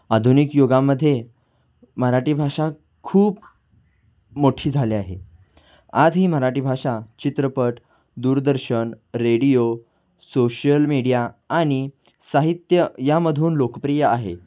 आधुनिक युगामध्ये मराठी भाषा खूप मोठी झाली आहे आज ही मराठी भाषा चित्रपट दूरदर्शन रेडिओ सोशल मीडिया आणि साहित्य यामधून लोकप्रिय आहे